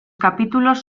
capítulos